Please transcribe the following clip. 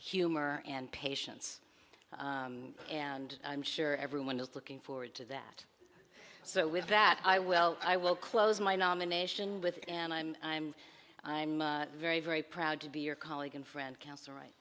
humor and patience and i'm sure everyone is looking forward to that so with that i will i will close my nomination with an i'm i'm i'm very very proud to be your colleague and friend counsel right